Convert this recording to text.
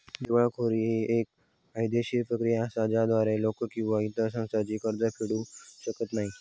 दिवाळखोरी ही येक कायदेशीर प्रक्रिया असा ज्याद्वारा लोक किंवा इतर संस्था जी कर्ज फेडू शकत नाही